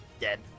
Dead